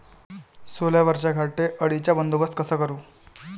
सोल्यावरच्या घाटे अळीचा बंदोबस्त कसा करू?